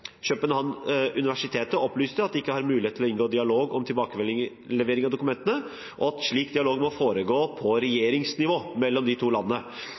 opplyste at de ikke har mulighet til å inngå dialog om tilbakelevering av dokumentene, og at en slik dialog må foregå på regjeringsnivå mellom de to landene.